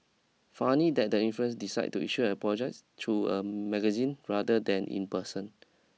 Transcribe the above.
funny that the influence decide to issue an apologise through a magazine rather than in person